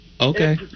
Okay